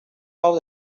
found